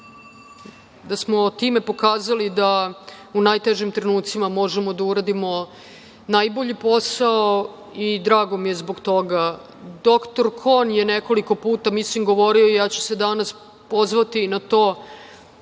da smo time pokazali da u najtežim trenucima možemo da uradimo najbolji posao i drago mi je zbog toga. Doktor Kon je nekoliko puta govorio i ja ću se danas pozvati na to